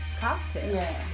cocktails